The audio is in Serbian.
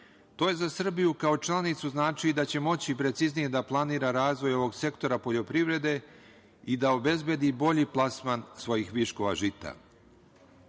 za Srbiju kao članicu znači da će moći preciznije da planira razvoj ovog sektora poljoprivrede i da obezbedi bolji plasman svojih viškova žita. Ono